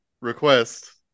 request